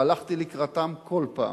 והלכתי לקראתם כל פעם.